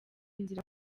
inzira